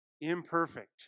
imperfect